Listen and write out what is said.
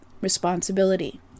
responsibility